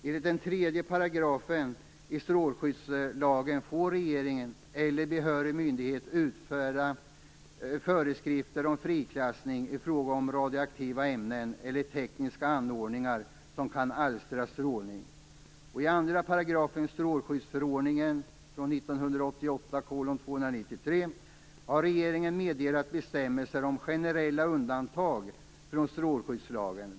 Enligt 3 § strålskyddslagen får regeringen eller behörig myndighet utfärda föreskrifter om friklassning i fråga om radioaktiva ämnen eller tekniska anordningar som kan alstra strålning. I 2 § strålskyddsförordningen har regeringen meddelat bestämmelser om generella undantag från strålskyddslagen.